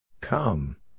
Come